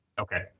okay